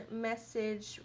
message